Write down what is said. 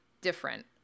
different